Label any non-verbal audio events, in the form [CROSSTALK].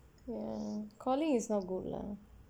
[NOISE] calling is not good lah